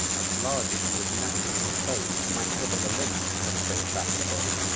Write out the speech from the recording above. as large as you would naturally suppose might cover the limbs of so vast a body.